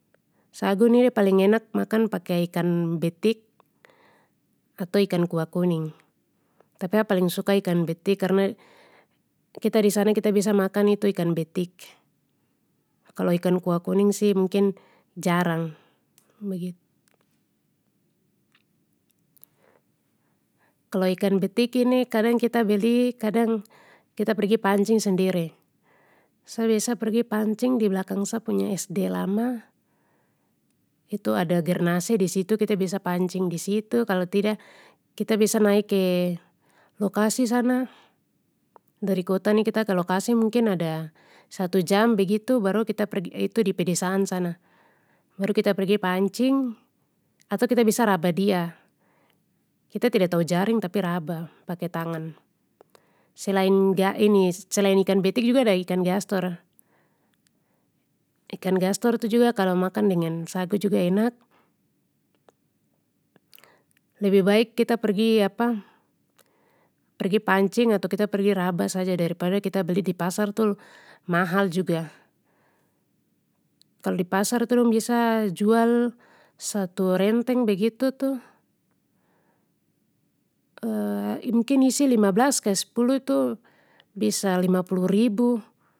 Sagu ni de paling enak makan pake ikan betik atau ikan kuah kuning, tapi a paling suka ikan betik karna, kita disana kita biasa makan itu ikan betik kalo ikan kuah kuning sih mungkin jarang, begitu. Kalo ikan betik ini kadang kita beli kadang kita pergi pancing sendiri, sa biasa pergi pancing di blakang sa punya SD lama, itu ada gernase disitu kita biasa pancing disitu kalo tidak, kita biasa naik ke lokasi sana, dari kota ni kita ke lokasi mungkin ada satu jam begitu baru kita perg-itu di pedesaan sana, baru kita pergi pancing atau kita biasa rabah dia, kita tida tau jaring tapi rabah pake tangan. Selain ga ini-selain ikan betik juga ada ikan gastor, ikan gastor tu juga kalo makan dengan sagu juga enak. Lebih baik kita pergi apa, pergi pancing atau kita pergi rabah saja daripada kita beli di pasar tu mahal juga. Kalo di pasar itu dong biasa jual, satu renteng begitu mungkin isi lima blas kah spuluh tu bisa lima puluh ribu.